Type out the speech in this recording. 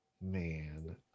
Man